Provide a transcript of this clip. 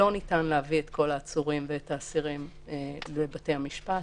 לא ניתן להביא את כל העצורים והאסירים לבתי המשפט.